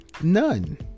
None